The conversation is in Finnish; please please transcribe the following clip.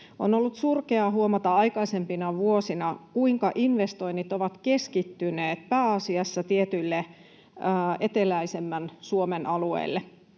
On ollut surkeaa huomata aikaisempina vuosina, kuinka investoinnit ovat keskittyneet pääasiassa tietyille eteläisemmän Suomen alueille.